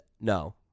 No